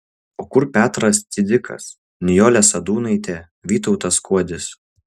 o kur petras cidzikas nijolė sadūnaitė vytautas skuodis